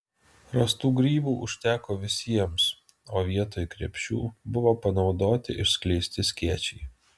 rastų grybų užteko visiems o vietoj krepšių buvo panaudoti išskleisti skėčiai